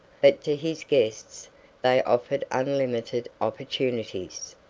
but to his guests they offered unlimited opportunities.